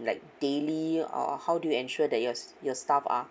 like daily or how do you ensure that your your staffs are